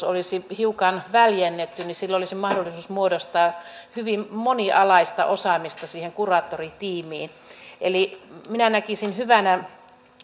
olisi hiukan väljennetty niin silloin olisi mahdollisuus muodostaa hyvin monialaista osaamista siihen kuraattoritiimiin eli minä näkisin hyvänä